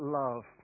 love